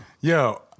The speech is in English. Yo